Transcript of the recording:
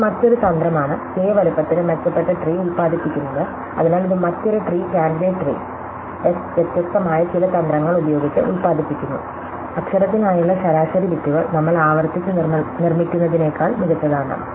ഇത് മറ്റൊരു തന്ത്രമാണ് കെ വലുപ്പത്തിന് മെച്ചപ്പെട്ട ട്രീ ഉൽപാദിപ്പിക്കുന്നത് അതിനാൽ ഇത് മറ്റൊരു ട്രീ കാൻഡിഡേറ്റ് ട്രീ എസ് വ്യത്യസ്തമായ ചില തന്ത്രങ്ങൾ ഉപയോഗിച്ച് ഉൽപാദിപ്പിക്കുന്നു അക്ഷരത്തിനായുള്ള ശരാശരി ബിറ്റുകൾ നമ്മൾ ആവർത്തിച്ച് നിർമ്മിക്കുന്നതിനേക്കാൾ മികച്ചതാണ്